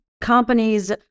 Companies